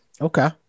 Okay